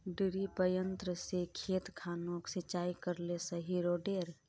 डिरिपयंऋ से खेत खानोक सिंचाई करले सही रोडेर?